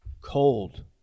Cold